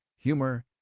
humor,